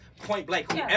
point-blank